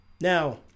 Now